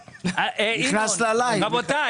ובעלי רישיון של רשות לניירות ערך בתחום מתן שירותי